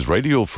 Radio